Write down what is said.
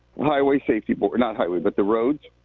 highway safety board, not highway, but the roads,